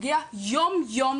אמרתי להם תשמעו,